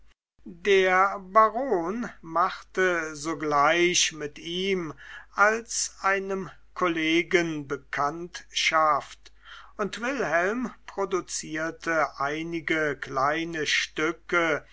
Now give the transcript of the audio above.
der baron machte sogleich mit ihm als einem kollegen bekanntschaft und wilhelm produzierte einige kleine stücke